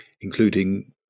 including